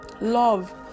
Love